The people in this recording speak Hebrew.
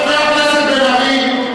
איפה, חבר הכנסת בן-ארי.